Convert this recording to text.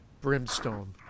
Brimstone